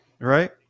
right